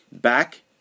back